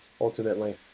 ultimately